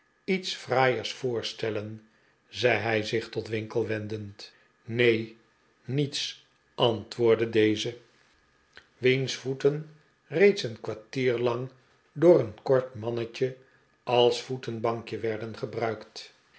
iets fraaiers voorstellen zei hij zich tot winkle wendend neen niets antwoordde deze wiens voeten reeds een kwartier lang door een kort mannetje als voetenbankje werden gebruikt